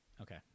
Okay